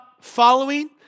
following